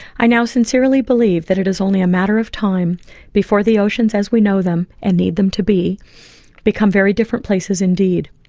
i now sincerely believe that it is only a matter of time before the oceans as we know them and need them to be become very different places indeed.